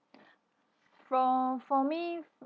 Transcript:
for for me